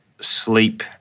sleep